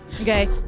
Okay